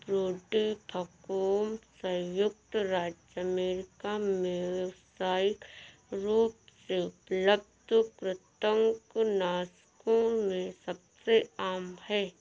brodifacoum संयुक्त राज्य America में व्यावसायिक रूप से उपलब्ध कृंतकनाशकों में सबसे आम है